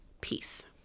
Peace